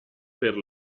per